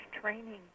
training